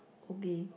okay